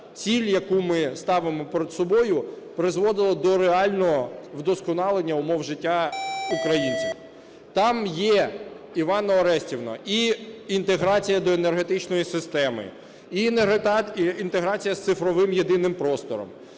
ціль, яку ми ставимо перед собою, призводило до реального вдосконалення умов життя українців. Там є, Іванно Орестівно, і інтеграція до енергетичної системи, І інтеграція з цифровим єдиним простором,